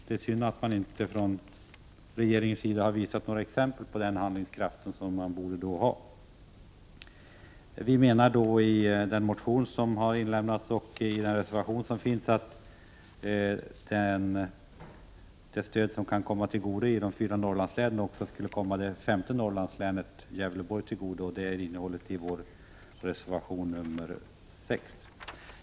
Det är synd att man från regeringens sida inte har visat några exempel på den handlingskraft man borde ha. Vi framför i vår motion och i den reservation som fogats till betänkandet att det stöd som kan komma de fyra nordligaste länen till godo också skall komma det femte Norrlandslänet, Gävleborgs län, till godo. Detta är innehållet i vår reservation 6. Fru talman!